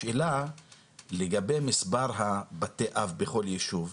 השאלה לגבי מספר בתי האב בכל ישוב,